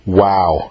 wow